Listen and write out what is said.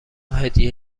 هدیه